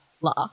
law